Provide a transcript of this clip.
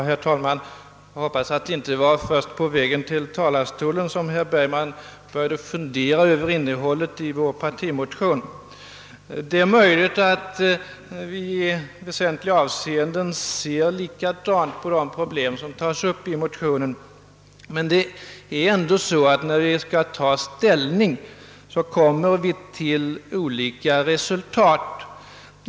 Herr talman! Jag hoppas att det inte var först på vägen till talarstolen som herr Bergman började fundera över innehållet i vår partimotion. Det är möjligt att herr Bergman och jag i väsentliga avseenden ser likadant på de problem som tas upp i motionen, men när vi skall ta ställning kommer vi ändå till olika resultat.